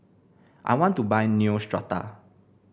I want to buy Neostrata